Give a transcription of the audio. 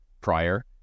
prior